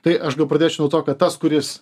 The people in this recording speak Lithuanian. tai aš gal pradėčiau nuo to kad tas kuris